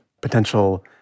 potential